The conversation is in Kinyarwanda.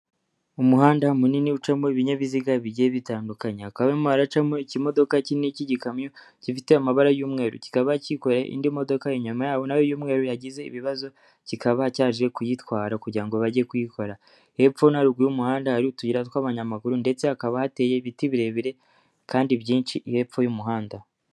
Umuhanda munini ucamo ibinyabiziga bigiye bitandukanye hakaba harimo haracamo ikimodoka kinini cy'igikamyo gifite amabara y'umweru, kikaba kikoreye indi modoka inyuma nayo y'umweru yagize ibibazo, kikaba cyaje kuyitwara kugira ngo bajye kuyikora hepfo na ruguru y'umuhanda hari utuyira tw'abanyamaguru ndetse hakaba hateye ibiti birebire kandi byinshi hepfo y'umuhanda.